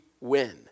win